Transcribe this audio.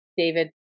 David